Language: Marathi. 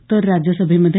तर राज्यसभे मध्ये